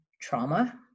trauma